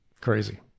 Crazy